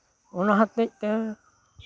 ᱚᱱᱟ ᱦᱚᱛᱮᱜ ᱛᱮ